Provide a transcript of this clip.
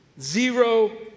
Zero